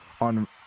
on